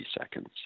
seconds